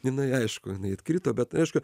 jinai aišku jinai atkrito bet aišku